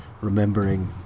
remembering